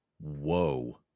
whoa